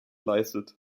leistet